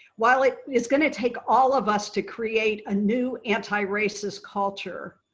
while it is going to take all of us to create a new antiracist culture,